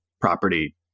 property